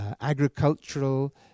agricultural